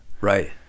Right